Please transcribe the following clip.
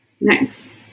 Nice